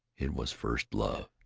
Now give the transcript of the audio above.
it was first love.